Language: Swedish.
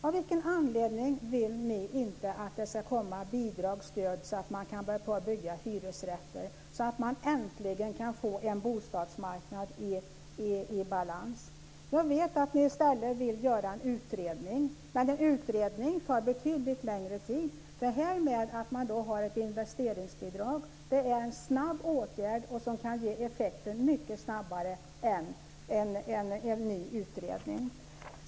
Av vilken anledning vill ni inte att det ska komma bidrag och stöd så att man kan börja bygga hyresrätter, så att vi äntligen kan få en bostadsmarknad i balans? Jag vet att ni i stället vill göra en utredning, men en utredning tar betydligt längre tid. Ett investeringsbidrag är en snabb åtgärd, som kan ge effekter mycket snabbare än en ny utredning.